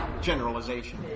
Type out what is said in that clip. generalization